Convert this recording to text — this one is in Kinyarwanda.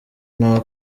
nta